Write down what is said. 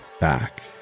back